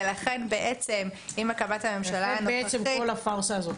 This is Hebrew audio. ולכן בעצם -- לכן כל הפארסה הזאת.